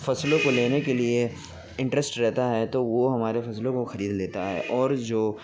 فصلوں کو لینے کے لیے انٹرسٹ رہتا ہے تو وہ ہمارے فصلوں کو خرید لیتا ہے اور جو